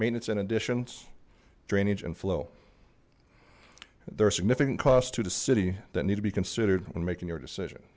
maintenance and additions drainage and flow there are significant costs to the city that need to be considered when making your decision